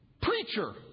preacher